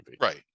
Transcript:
right